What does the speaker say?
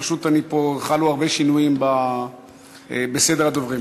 פשוט חלו הרבה שינויים בסדר הדוברים.